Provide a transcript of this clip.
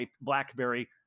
blackberry